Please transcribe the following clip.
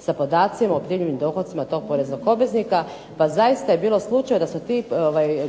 sa podacima o primljenim dohocima tog poreznog obveznika. Pa zaista je bilo slučajeva da su ti